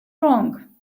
wrong